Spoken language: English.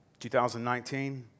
2019